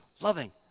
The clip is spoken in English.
loving